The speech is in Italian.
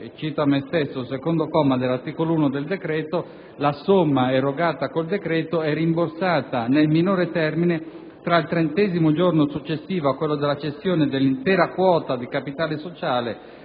visto quanto recita il secondo comma dell'articolo 1 del decreto-legge: «La somma erogata ai sensi del comma 1 è rimborsata nel minore termine tra il trentesimo giorno successivo a quello della cessione dell'intera quota del capitale sociale,